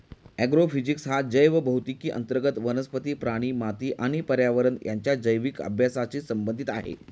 agrophysics हा जैवभौतिकी अंतर्गत वनस्पती, प्राणी, माती आणि पर्यावरण यांच्या जैविक अभ्यासाशी संबंधित आहे